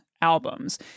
albums